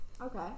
okay